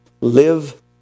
Live